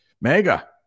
mega